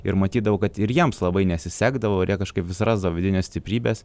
ir matydavau kad ir jiems labai nesisekdavo ir jie kažkaip vis rasdavo vidinės stiprybės